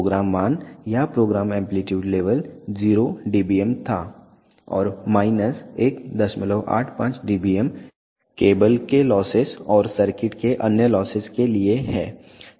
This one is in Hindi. प्रोग्राम मान या प्रोग्राम एंप्लीट्यूड लेवल 0 dBm था और माइनस 185 dBm केबल के लॉसेस और सर्किट में अन्य लॉसेस के लिए है